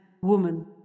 woman